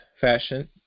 fashion